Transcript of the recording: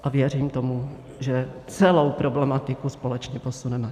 A věřím tomu, že celou problematiku společně posuneme.